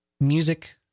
music